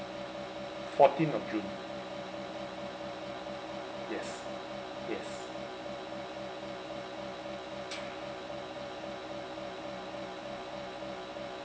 fourteen of june yes yes